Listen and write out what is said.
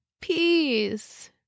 peace